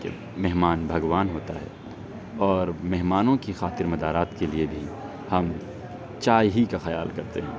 کہ مہمان بھگوان ہوتا ہے اور مہمانوں کی خاطر مدارات کے لیے بھی ہم چائے ہی کا خیال کرتے ہیں